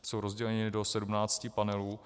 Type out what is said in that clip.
Jsou rozděleni do 17 panelů.